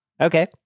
Okay